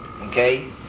Okay